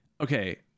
okay